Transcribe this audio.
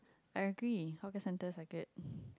I agree hawker centres are good